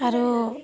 আৰু